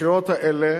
הבחירות האלה